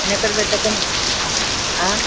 नहि करबै तऽ कहू एँ